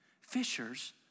fishers